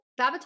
Babaton